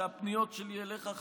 שהפניות שלי אליך,